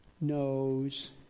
knows